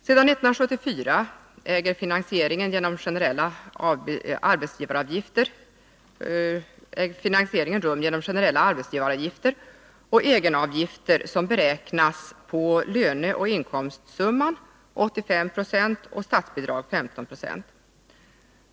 Sedan 1974 äger finansieringen rum genom generella arbetsgivaravgifter och egenavgifter som beräknas på grundval av löneoch inkomstsumman, 85 9, och statsbidrag 15 26.